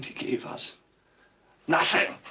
gave us nothing!